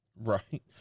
Right